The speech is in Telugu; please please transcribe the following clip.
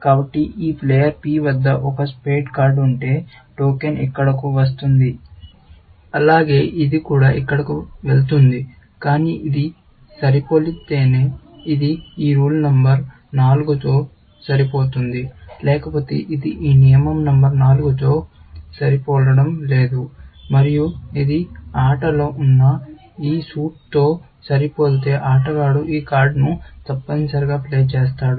కాబట్టి ఈ ప్లేయర్ P వద్ద ఒక స్పేడ్ కార్డ్ ఉంటే టోకెన్ ఇక్కడకు వస్తుంది అలాగే ఇది కూడా ఇక్కడకు వెళ్తుంది కానీ ఇది సరిపోలితేనే ఇది ఈ రూల్ నంబర్ నాలుగుతో సరిపోతుంది లేకపోతే ఇది ఈ నియమం నంబర్ నాలుగుతో సరిపోలడం లేదు మరియు ఇది ఆటలో ఉన్న ఈ సూట్తో సరిపోలితే ఆటగాడు ఈ కార్డును తప్పనిసరిగా ప్లే చేస్తాడు